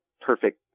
perfect